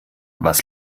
was